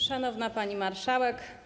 Szanowna Pani Marszałek!